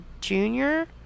junior